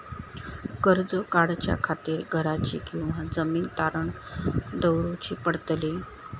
कर्ज काढच्या खातीर घराची किंवा जमीन तारण दवरूची पडतली?